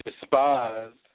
despised